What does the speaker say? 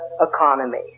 economy